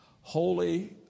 Holy